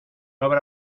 habrá